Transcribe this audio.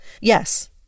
Yes